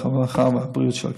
הרווחה והבריאות של הכנסת.